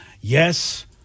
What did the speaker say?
Yes